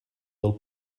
del